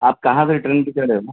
آپ کہاں سے ٹرین پہ چڑھے ہو نا